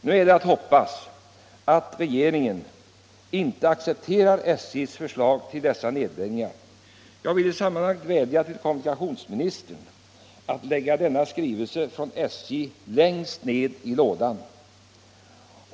Nu är det att hoppas att regeringen inte accepterar SJ:s förslag till dessa nedläggningar. Jag vill i sammanhanget vädja till kommunikationsministern att lägga denna skrivelse från SJ längst ned i lådan.